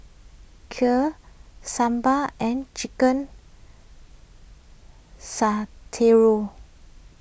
Kheer Sambar and Chicken